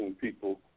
people